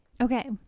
Okay